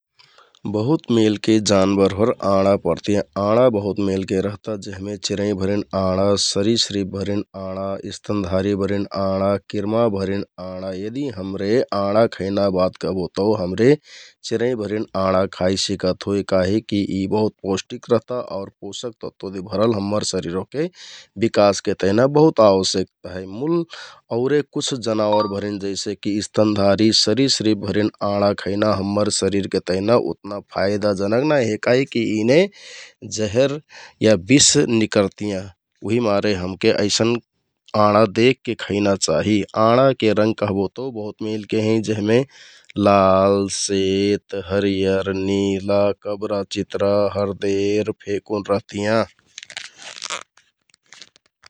बहुत मेलके जानबरभर आँडा परतियाँ । आँडा बहुत मेलके रहता जेहमे चिंरैंभरिन आँडा, सरिसिरिबभरिन आँडा, स्तनधारीभरिन आँडा, किरमाभरिन आँडा यदि हमरे आँडा खैना बात कहबो तौ हमरे चिंरैंभरिन आँडा खाइसिकत होइ । काहिकि यि बहुत पौष्टिक रहता आउ पोशक तत्वति भरिन हम्मर शरिर ओहके बिकासके तिहना बहुत आवश्यक है । मुल औरे कुछ जनाबरभरिन जैसेकि स्तनधारी, सरिसिरिबभरिन आँडा खैना हम्मर शरिरके तेहना उतना फाइदाजनक नाइ हे । काहिककि इने जेहेर या बिष निकरतियाँ उहिमारे हमके अइसन आँडा देखके खैना चाहि । आँडाके रंग कहबो तौ बहुत मेलके हैं जेहमे लाल, सेत, हरियर, निला, कबरा चितरा, हरदेर फेकुन रहतियाँ ।